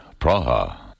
Praha